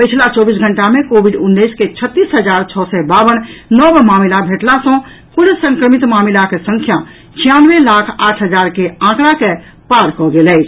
पछिला चौबीस घंटा मे कोविड उन्नैस के छत्तीस हजार छओ सय बावन नव मामिला भेंटला सँ कुल संक्रमित मामिलाक संख्या छियानवे लाख आठ हजार के आंकड़ा के पार कऽ गेल अछि